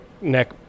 neck